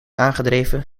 aangedreven